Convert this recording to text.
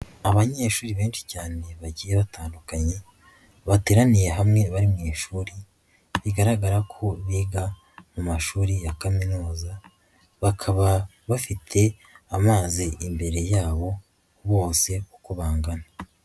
Abanyeshuri benshi cyane bagiye batandukanye bateraniye hamwe bari mu ishuri, bigaragara ko biga mu mashuri ya kaminuza, bakaba bafite amazi imbere yabo bose uko bangana.